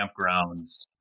campgrounds